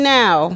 now